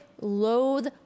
loathe